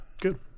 Good